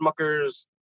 smuckers